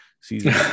season